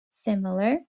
similar